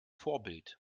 vorbild